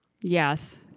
Yes